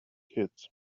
kids